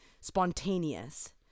spontaneous